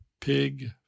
pig